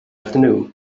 afternoon